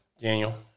Daniel